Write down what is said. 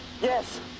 Yes